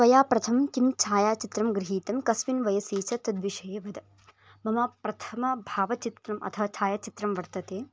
त्वया प्रथमः किं छायाचित्रं गृहीतं कस्मिन् वयसि च तद्विषये वद मम प्रथमभावचित्रम् अतः छायाचित्रं वर्तते